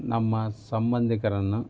ನಮ್ಮ ಸಂಬಂಧಿಕರನ್ನು